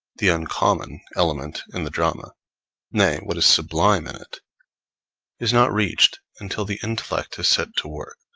the uncommon, element in the drama nay, what is sublime in it is not reached until the intellect is set to work,